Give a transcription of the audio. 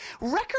Record